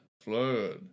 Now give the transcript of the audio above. flood